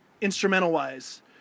instrumental-wise